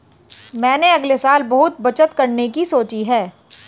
मैंने अगले साल बहुत बचत करने की सोची है